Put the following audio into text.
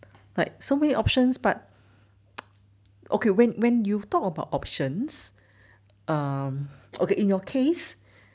like so many options but okay when when you talk about options um okay in your case